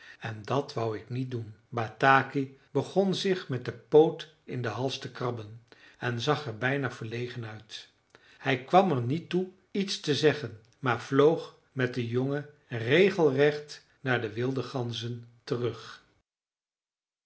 en dat wou ik niet doen bataki begon zich met den poot in den hals te krabben en zag er bijna verlegen uit hij kwam er niet toe iets te zeggen maar vloog met den jongen regelrecht naar de wilde ganzen terug